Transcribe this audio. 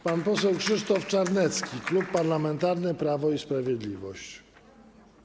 Pan poseł Krzysztof Czarnecki, Klub Parlamentarny Prawo i Sprawiedliwość.